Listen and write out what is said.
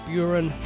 Buren